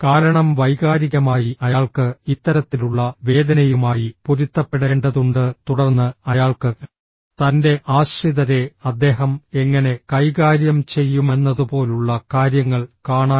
കാരണം വൈകാരികമായി അയാൾക്ക് ഇത്തരത്തിലുള്ള വേദനയുമായി പൊരുത്തപ്പെടേണ്ടതുണ്ട് തുടർന്ന് അയാൾക്ക് തൻറെ ആശ്രിതരെ അദ്ദേഹം എങ്ങനെ കൈകാര്യം ചെയ്യുമെന്നതുപോലുള്ള കാര്യങ്ങൾ കാണാൻ